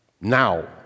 now